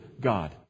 God